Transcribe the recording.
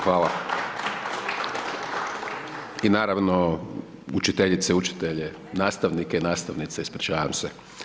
Hvala. … I naravno, učiteljice, učitelje, nastavnike i nastavnice, ispričavam se.